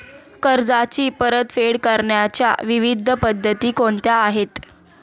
कर्जाची परतफेड करण्याच्या विविध पद्धती कोणत्या आहेत?